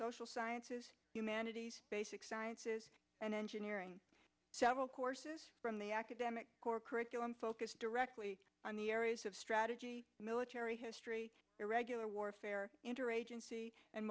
social sciences humanities basic sciences and engineering several courses from the academic core curriculum focused directly on the areas of strategy military history irregular warfare interagency and